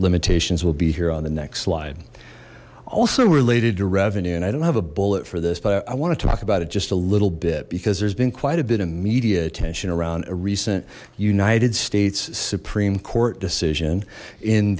limitations will be here on the next slide also related to revenue and i don't have a bullet for this but i wanted to talk about it just a little bit because there's been quite a bit of media attention around a recent united states supreme court decision in